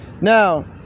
Now